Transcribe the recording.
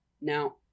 now